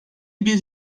bir